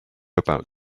about